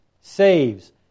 Saves